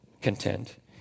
content